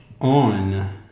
On